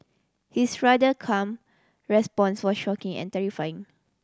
his rather calm response was shocking and terrifying